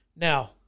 Now